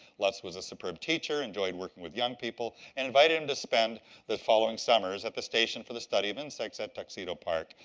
lutz was a superb teacher, enjoyed working with young people and invite him to spend the following summers at the station for the study of insects at tuxedo park,